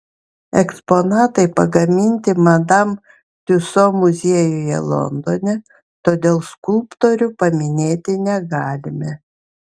eksponatai pagaminti madam tiuso muziejuje londone todėl skulptorių paminėti negalime